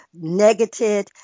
negative